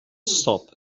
stop